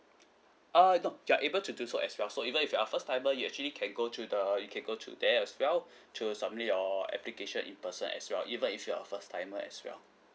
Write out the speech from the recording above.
uh no you're able to do so as well so even if you are first timer you actually can go to the you can go to there as well to submit your application in person as well even if you're first timer as well